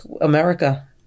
America